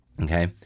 Okay